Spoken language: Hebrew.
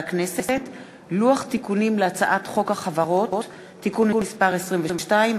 לוח תיקונים להצעת חוק החברות (תיקון מס' 22),